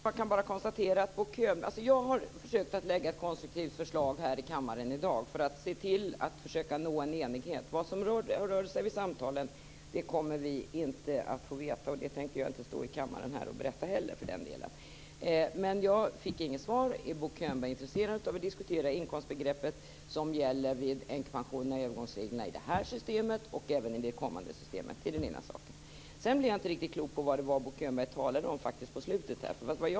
Herr talman! Jag har lagt fram ett konstruktivt förslag här i kammaren i dag för att försöka nå en enighet. Vad som sades under samtalen kommer vi inte att få veta. Det tänker jag för den delen heller inte stå i kammaren och berätta. Jag fick inget svar. Är Bo Könberg intresserad av att diskutera det inkomstbegrepp som gäller för änkepensionerna och övergångsreglerna i detta system och även i det kommande systemet? Det är den ena saken. Jag blev heller inte riktigt klok på vad Bo Könberg talade om på slutet.